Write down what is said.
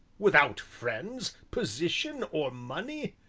without friends, position, or money?